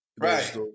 Right